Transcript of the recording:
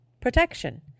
Protection